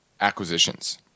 acquisitions